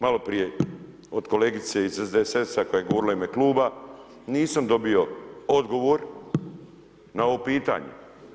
Malo prije od kolegice iz SDSS-a koja je govorila u ime kluba nisam dobio odgovor na ovo pitanje.